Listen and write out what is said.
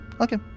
Okay